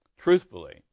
truthfully